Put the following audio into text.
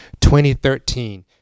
2013